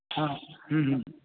ہاں ہاں ہوں ہوں